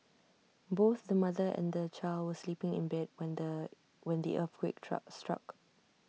both the mother and the child were sleeping in bed when the when the earthquake struck